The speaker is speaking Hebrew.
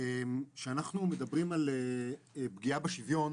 כשאנחנו מדברים על פגיעה בשוויון,